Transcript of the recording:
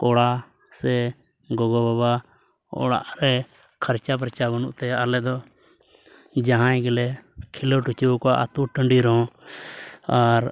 ᱠᱚᱲᱟ ᱥᱮ ᱜᱚᱜᱚᱼᱵᱟᱵᱟ ᱚᱲᱟᱜ ᱨᱮ ᱠᱷᱚᱨᱪᱟ ᱵᱚᱨᱪᱟ ᱵᱟᱹᱱᱩᱜ ᱛᱟᱭᱟ ᱟᱞᱮ ᱫᱚ ᱡᱟᱦᱟᱸᱭ ᱜᱮᱞᱮ ᱠᱷᱮᱞᱳᱰ ᱦᱚᱪᱚ ᱠᱚᱣᱟ ᱟᱹᱛᱩ ᱴᱟᱺᱰᱤ ᱨᱮᱦᱚᱸ ᱟᱨ